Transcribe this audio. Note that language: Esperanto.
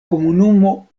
komunumo